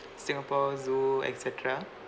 singapore zoo et cetera